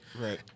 Right